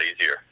easier